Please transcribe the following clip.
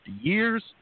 years